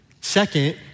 Second